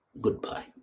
goodbye